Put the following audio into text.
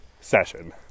session